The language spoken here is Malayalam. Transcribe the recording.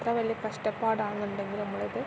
എത്ര വലിയ കഷ്ടപ്പാടാന്നുണ്ടെങ്കിൽ നമ്മളത്